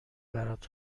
برات